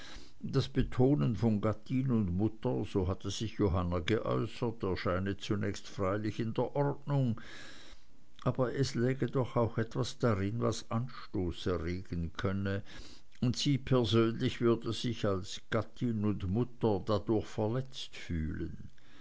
das betonen von gattin und mutter so hatte sich johanna geäußert erscheine zunächst freilich in der ordnung aber es läge doch auch etwas darin was anstoß erregen könne und sie persönlich würde sich als gattin und mutter dadurch verletzt fühlen